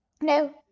No